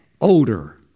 odor